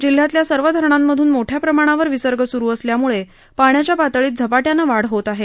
जिल्ह्यातल्या सर्व धरणांमधून मोठ्या प्रमाणावर विसर्ग सूरू असल्याने पाण्याच्या पातळीत झपाट्यानं वाढ होत आहे